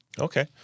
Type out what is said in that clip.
Okay